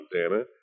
Montana